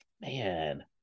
man